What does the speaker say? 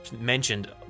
mentioned